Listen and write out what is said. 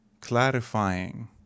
clarifying